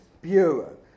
Bureau